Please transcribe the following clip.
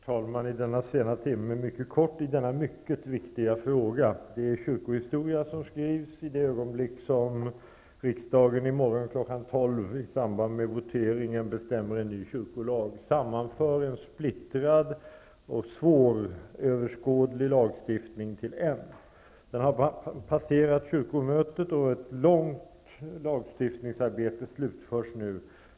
Herr talman! I denna sena timme mycket kort i denna mycket viktiga fråga. Det är kyrkohistoria som skrivs i det ögonblick riksdagen i morgon kl. 12 i samband med voteringen bestämmer en ny kyrkolag. Då sammanförs en splittrad och svåröverskådlig lagstiftning till en. Den har passerat kyrkomötet, och ett långt lagstiftningsarbete slutförs nu.